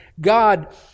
God